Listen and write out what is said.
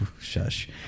Shush